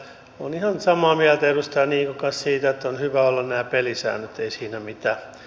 olen ihan samaa mieltä edustaja niikon kanssa siitä että on hyvä olla nämä pelisäännöt ei siinä mitään